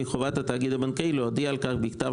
מחובת התאגיד הבנקאי להודיע על כך בכתב